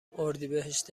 اردیبهشت